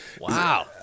Wow